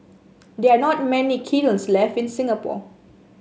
there are not many kilns left in Singapore